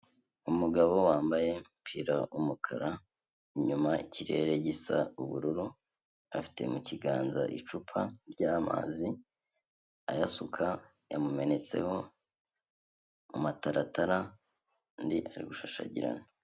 Umugabo wambaye umupira w'umukara, inyuma ikirere gisa ubururu, afite mu kiganza icupa ry'amazi, ayasuka yamumenetseho mu mataratara undi ari gushashagirana.